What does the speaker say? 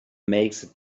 makes